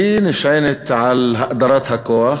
שנשענת על האדרת הכוח.